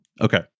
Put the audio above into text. Okay